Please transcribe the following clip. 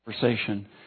Conversation